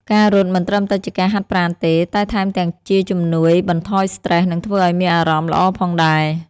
ការរត់មិនត្រឹមតែជាការហាត់ប្រាណទេ តែថែមទាំងជាជំនួយបន្ថយស្ត្រេស និងធ្វើឲ្យមានអារម្មណ៍ល្អផងដែរ។